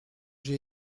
j’ai